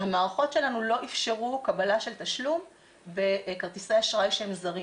המערכות שלנו לא אפשרו קבלה של תשלום בכרטיסי אשראי שהם זרים.